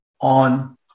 on